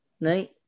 Right